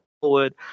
forward